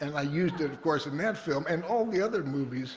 and i used it, of course, in that film and all the other movies